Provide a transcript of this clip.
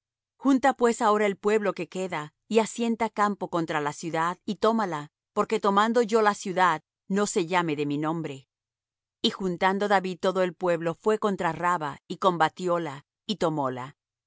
junta pues ahora el pueblo que queda y asienta campo contra la ciudad y tómala porque tomando yo la ciudad no se llame de mi nombre y juntando david todo el pueblo fué contra rabba y combatióla y tomóla y tomó la